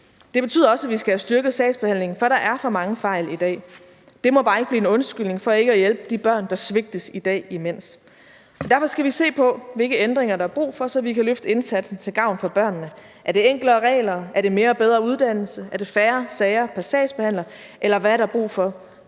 Det betyder også, at vi skal have styrket sagsbehandlingen, for der er for mange fejl i dag. Det må bare ikke blive en undskyldning for ikke samtidig at hjælpe de børn, der svigtes i dag. Derfor skal vi se på, hvilke ændringer der er brug for, så vi kan løfte indsatsen til gavn for børnene. Er det enklere regler, er det mere og bedre uddannelse, er det færre sager pr. sagsbehandler, eller hvad er der brug for?